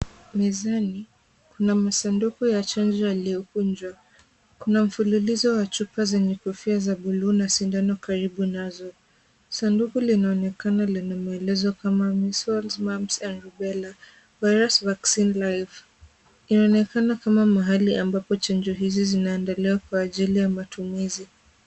Mezani kuna masanduku ya chanjo yaliyokunjwa. Kuna mfululizo wa chupa zenye kofia ya buluu na sindano karibu nazo. Sanduku linaonekana lenye maelezo kama measles, mumps and rubela virus vaccine live . Yaonekana kama mahali ambapo chanjo hizi zinaendelea kwa ajili ya matumizi.